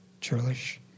Churlish